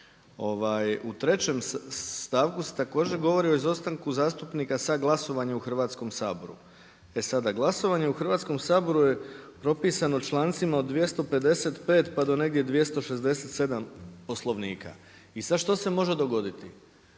I u 3. stavku se također govori o izostanku zastupnika sa glasovanja u Hrvatskom saboru. E sada, glasovanje u Hrvatskom saboru je propisano člancima od 255 pa do negdje 267 Poslovnika. I sada što se može dogoditi?